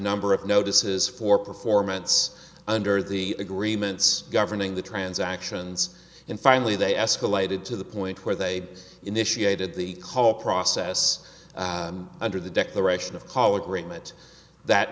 number of notices for performance under the agreements governing the transactions and finally they escalated to the point where they initiated the call process under the declaration of call agreement that